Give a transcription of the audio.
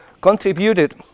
contributed